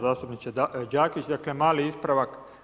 Zastupniče Đakić, dakle mali ispravak.